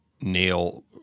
nail